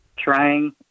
trying